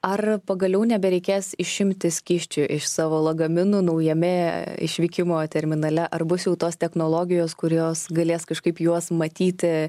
ar pagaliau nebereikės išimti skysčių iš savo lagaminų naujame išvykimo terminale ar bus jau tos technologijos kurios galės kažkaip juos matyti